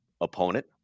opponent